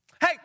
Hey